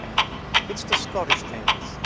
it's the scottish thinkers,